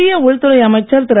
மத்திய உள்துறை அமைச்சர் திரு